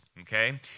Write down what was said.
Okay